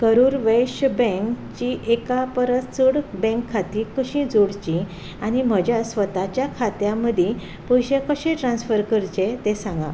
करूर वैश्य बँकचीं एका परस चड बँक खातीं कशीं जोडचीं आनी म्हज्या स्वताच्या खात्यां मदीं पयशे कशे ट्रान्स्फर करचे तें सांगां